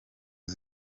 iri